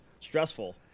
Stressful